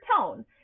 tone